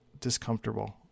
discomfortable